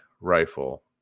rifle